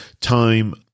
Time